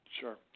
Sure